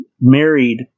married